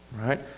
right